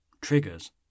Triggers